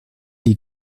les